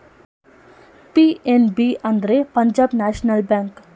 PNB ಅಂದ್ರೆ Punjab national bank